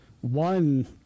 one